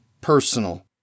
personal